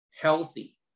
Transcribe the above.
healthy